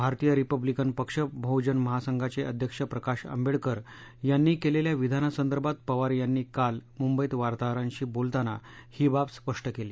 भारतीय रिपब्लिकन पक्ष बहजन महासंघाचे अध्यक्ष प्रकाश आंबेडकर यांनी केलेल्या विधानासंदर्भात पवार यांनी काल मुंबईत वार्ताहरांशी बोलताना ही बाब स्पष्ट केली